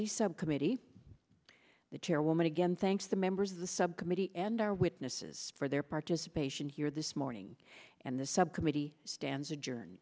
the subcommittee the chairwoman again thanks the members of the subcommittee and our witnesses for their participation here this morning and this subcommittee stands adjourne